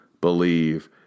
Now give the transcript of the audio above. believe